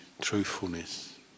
truthfulness